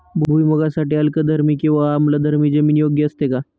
भुईमूगासाठी अल्कधर्मी किंवा आम्लधर्मी जमीन योग्य असते का?